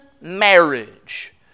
marriage